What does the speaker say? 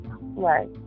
Right